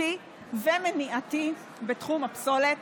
אכיפתי ומניעתי בתחום הפסולת.